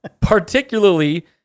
particularly